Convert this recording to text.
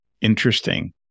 Interesting